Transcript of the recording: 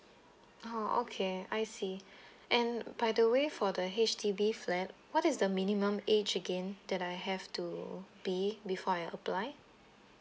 oh okay I see and by the way for the H_D_B flat what is the minimum age again that I have to be before I apply